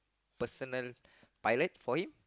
personal pilot for him